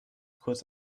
kurz